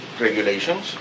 regulations